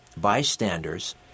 bystanders